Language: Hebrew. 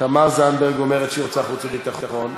תמר זנדברג אומרת שהיא רוצה חוץ וביטחון.